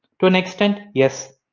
to an extent, yes.